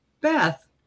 Beth